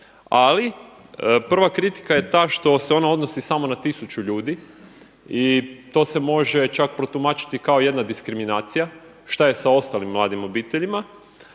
Ali prva kritika je ta što se ona odnosi samo na 1000 ljudi i to se može čak protumačiti kao jedna diskriminacija. Šta je sa ostalim mladim obiteljima?